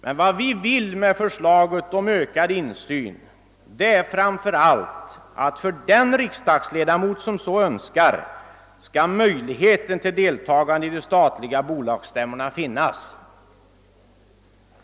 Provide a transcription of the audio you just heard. Vad vi vill åstadkomma med förslaget om ökad insyn är framför allt att den riksdagsledamot som så önskar skall ha möjlighet att delta i de statliga bolagens stämmor.